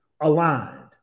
aligned